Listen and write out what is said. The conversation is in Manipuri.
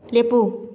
ꯂꯦꯞꯄꯨ